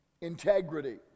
integrity